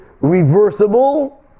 reversible